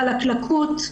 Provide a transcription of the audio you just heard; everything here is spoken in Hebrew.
חלקלקות,